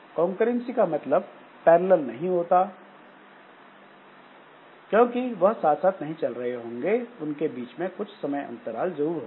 concurrency का मतलब parallel नहीं है क्योंकि वह साथ साथ नहीं चल रहे होंगे उनके बीच में कुछ समय अंतराल जरूर होगा